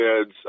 kids